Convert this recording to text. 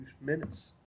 minutes